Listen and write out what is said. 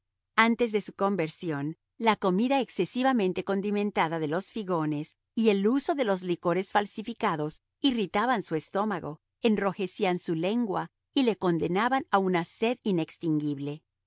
antes de su conversión la comida excesivamente condimentada de los figones y el uso de los licores falsificados irritaban su estómago enrojecían su lengua y le condenaban a una